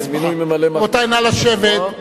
כן, מינוי ממלא-מקום, רבותי, נא לשבת.